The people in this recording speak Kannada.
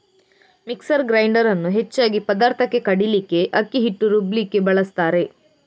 ಮಿಕ್ಸರ್ ಗ್ರೈಂಡರ್ ಅನ್ನು ಹೆಚ್ಚಾಗಿ ಪದಾರ್ಥಕ್ಕೆ ಕಡೀಲಿಕ್ಕೆ, ಅಕ್ಕಿ ಹಿಟ್ಟು ರುಬ್ಲಿಕ್ಕೆ ಬಳಸ್ತಾರೆ